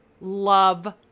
love